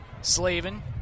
Slavin